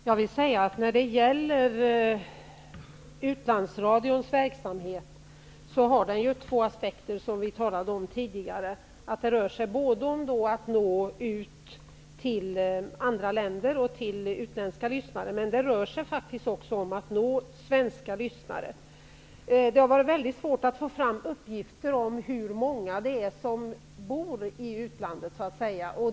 Herr talman! Utlandsradions verksamhet har två aspekter, vilket vi talade om tidigare. Det rör sig om att nå ut till andra länder och till utländska lyssnare, men det rör sig faktiskt också om att nå svenska lyssnare. Det har varit mycket svårt att få fram uppgifter om hur många svenskar som bor utomlands.